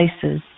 places